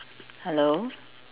hello